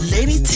Lady